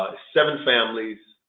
ah seven families